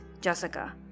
Jessica